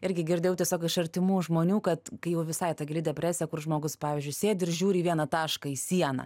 irgi girdėjau tiesiog iš artimų žmonių kad kai jau visai ta gili depresija kur žmogus pavyzdžiui sėdi ir žiūri į vieną tašką į sieną